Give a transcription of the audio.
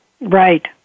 Right